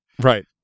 right